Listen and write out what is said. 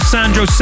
Sandro